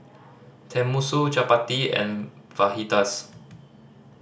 Tenmusu Chapati and